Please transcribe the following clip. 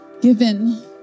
given